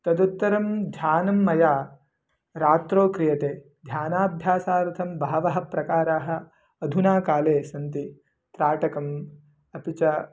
तदुत्तरं ध्यानं मया रात्रौ क्रियते ध्यानाभ्यासार्थं बहवः प्रकाराः अधुना काले सन्ति त्राटकम् अपि च